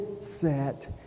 set